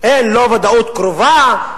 אין לא ודאות קרובה,